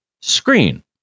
Screen